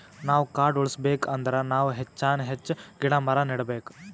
ನಾವ್ ಕಾಡ್ ಉಳ್ಸ್ಕೊಬೇಕ್ ಅಂದ್ರ ನಾವ್ ಹೆಚ್ಚಾನ್ ಹೆಚ್ಚ್ ಗಿಡ ಮರ ನೆಡಬೇಕ್